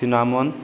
ꯇꯤꯅꯥꯃꯣꯟ